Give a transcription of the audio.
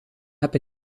heb